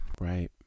Right